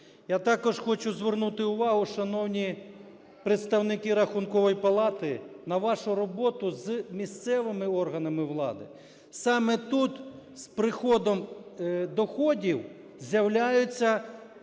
Я також хочу звернути увагу, шановні представники Рахункової палати, на вашу роботу з місцевими органами влади. Саме тут з приходом доходів з'являються